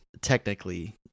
technically